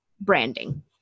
branding